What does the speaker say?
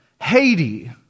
Haiti